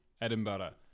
Edinburgh